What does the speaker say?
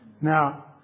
Now